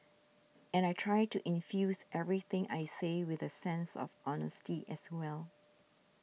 and I try to infuse everything I say with a sense of honesty as well